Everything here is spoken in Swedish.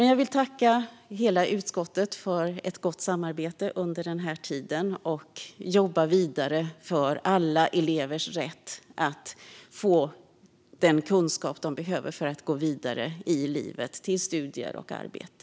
Jag vill tacka hela utskottet för ett gott samarbete under den här tiden. Jobba vidare för alla elevers rätt att få den kunskap de behöver för att gå vidare i livet till studier och arbete!